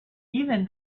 even